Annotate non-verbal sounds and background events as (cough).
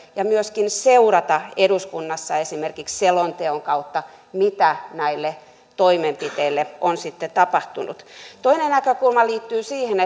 ja myöskin seurata eduskunnassa esimerkiksi selonteon kautta mitä näille toimenpiteille on sitten tapahtunut toinen näkökulma liittyy siihen (unintelligible)